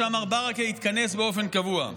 התכנסו באופן קבוע.